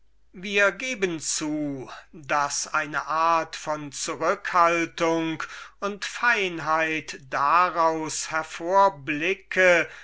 wir geben zu daß eine art von zurückhaltung und feinheit daraus hervorblickt